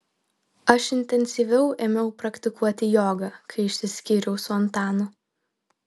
aš intensyviau ėmiau praktikuoti jogą kai išsiskyriau su antanu